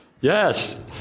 Yes